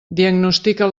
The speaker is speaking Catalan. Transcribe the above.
diagnostica